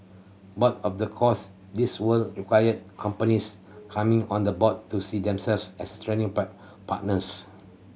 but of the course this would require companies coming on the board to see themselves as training partners